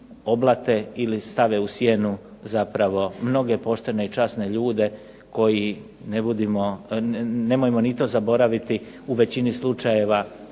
oblate ili stave u sjenu zapravo mnoge poštene i časne ljude koji, nemojmo ni to zaboraviti, u većini slučajeva